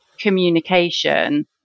communication